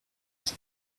his